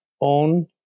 own